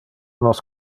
nos